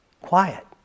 quiet